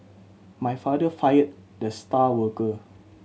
my father fired the star worker